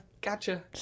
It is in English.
gotcha